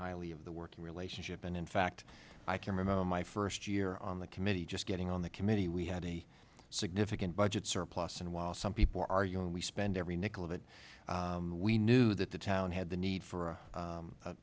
highly of the working relationship and in fact i can remember my first year on the committee just getting on the committee we had a significant budget surplus and while some people are young we spend every nickel of it we knew that the town had the need for